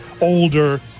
older